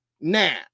Now